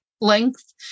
length